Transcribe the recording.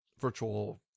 virtual